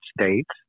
States